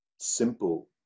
simple